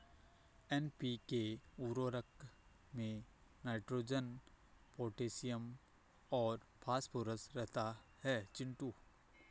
NPK उर्वरक में nitrogen potassium और फास्फोरस रहता है चिंटू